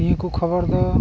ᱱᱤᱭᱟᱹ ᱠᱚ ᱠᱷᱚᱵᱚᱨ ᱫᱚ